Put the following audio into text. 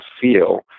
feel